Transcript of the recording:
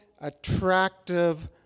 attractive